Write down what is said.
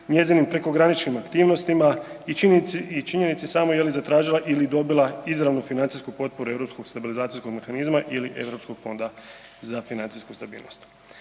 njezinim prekograničnim aktivnostima i činjenici samoj je li zatražila ili dobila izravnu financijsku potporu Europskog stabilizacijskog mehanizma ili Europskog fonda za financijsku stabilnost.